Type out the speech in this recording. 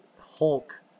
Hulk